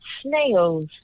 snails